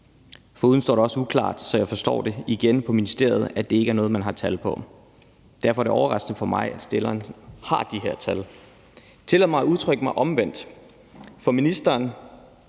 Desuden står det uklart, og jeg forstår igen på ministeriet, at det ikke er noget, man har tal på. Derfor er det overraskende for mig, at forslagsstillerne har de her tal. Tillad mig at udtrykke mig omvendt. For ministeren